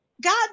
God